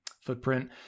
footprint